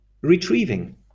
retrieving